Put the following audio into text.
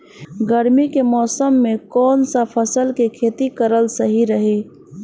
गर्मी के मौषम मे कौन सा फसल के खेती करल सही रही?